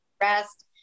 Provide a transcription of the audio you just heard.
Rest